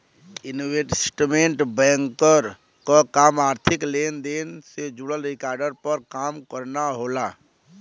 investment banker क काम आर्थिक लेन देन से जुड़ल रिकॉर्ड पर काम करना होला